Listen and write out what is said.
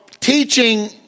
teaching